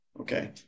okay